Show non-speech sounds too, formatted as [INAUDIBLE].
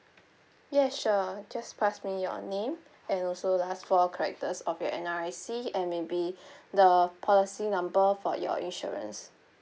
yes sure just pass me your name and also last four characters of your N_R_I_C and maybe [BREATH] the policy number for your insurance